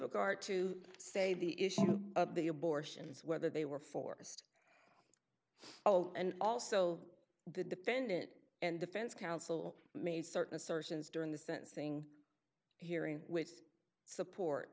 regard to say the issue of the abortions whether they were forced out and also the defendant and defense counsel made certain assertions during the sentencing hearing which support